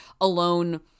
alone